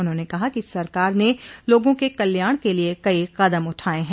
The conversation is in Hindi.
उन्होंने कहा कि सरकार ने लोगों के कल्याण के लिए कई कदम उठाये है